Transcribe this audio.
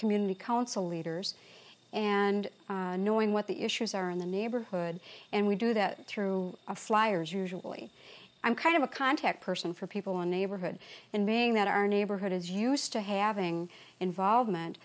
community council leaders and knowing what the issues are in the neighborhood and we do that through a flyers usually i'm kind of a contact person for people on neighborhood and being that our neighborhood is used to having involvement